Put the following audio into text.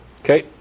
Okay